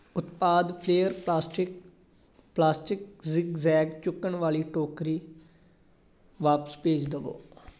ਉਤਪਾਦ fair plastic plastic zigzag ਚੁੱਕਣ ਵਾਲੀ ਟੋਕਰੀ ਵਾਪਸ ਭੇਜ ਦੇਵੋ